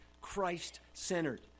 Christ-centered